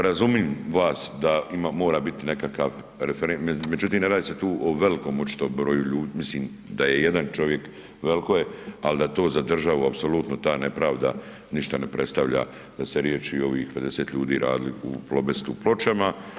Razumijem vas da imam, mora biti nekakav referen, međutim, ne radi se tu o velikom očito broju ljudi, mislim, da je jedan čovjek, veliko je, ali da to za državu apsolutno ta nepravda ništa ne predstavlja da se riješi i ovih 50 ljudi radili u Plobestu Pločama.